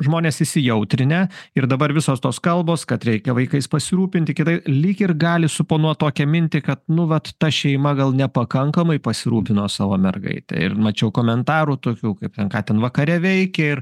žmonės įsijautrinę ir dabar visos tos kalbos kad reikia vaikais pasirūpinti kitaip lyg ir gali suponuot tokią mintį kad nu vat ta šeima gal nepakankamai pasirūpino savo mergaite ir mačiau komentarų tokių kaip ten ką ten vakare veikė ir